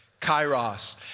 Kairos